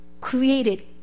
created